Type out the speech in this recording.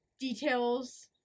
details